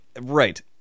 Right